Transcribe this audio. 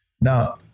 Now